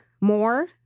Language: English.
more